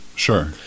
Sure